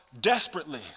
desperately